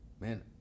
Man